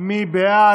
מי בעד?